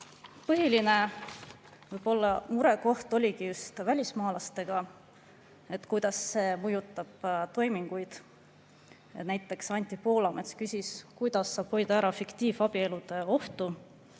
Põhiline murekoht võib-olla oligi just [seotud] välismaalastega, et kuidas see mõjutab toiminguid. Näiteks Anti Poolamets küsis, kuidas saab hoida ära fiktiivabielude ohtu,